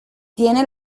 tienen